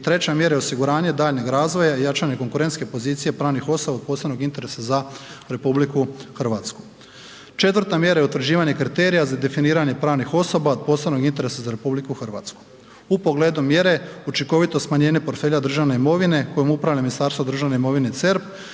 treća mjera je osiguranje daljnjeg razvoja i jačanje konkurentske pozicije pravnih osoba od posebnog interesa za RH. Četvrta mjera je utvrđivanje kriterija za definiranje pravnih osoba od posebnog interesa za RH. U pogledu mjere, učinkovito smanjenje portfelja državne imovine kojom upravlja Ministarstvo državne imovine i CERP,